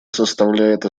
составляет